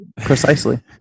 precisely